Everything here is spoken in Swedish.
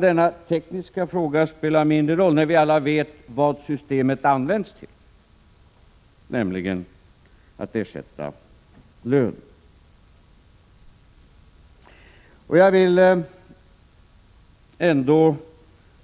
Denna tekniska fråga spelar dock mindre roll när vi alla vet vad systemet används till, nämligen att ersätta lön.